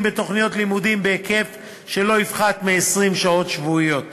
בתוכניות לימודים בהיקף שלא יפחת מ-20 שעות שבועיות